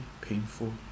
painful